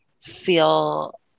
feel